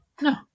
No